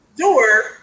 door